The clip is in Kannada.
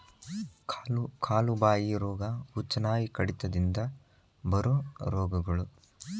ಕಾಲು ಬಾಯಿ ರೋಗಾ, ಹುಚ್ಚುನಾಯಿ ಕಡಿತದಿಂದ ಬರು ರೋಗಗಳು